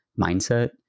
mindset